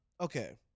okay